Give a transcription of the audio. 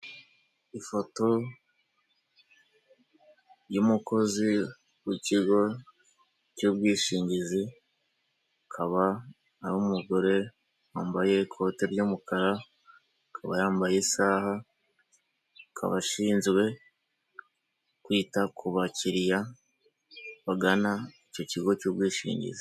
Ifoto y'umukozi w'ikigo cy'ubwishingizi akaba ari umugore wambaye ikote ry'umukara akaba yambaye isaha akaba abashinzwe kwita ku bakiriya bagana icyo kigo cy'ubwishingizi.